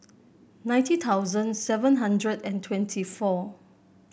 ninety thousand seven hundred and twenty four